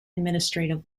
administrative